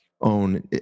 own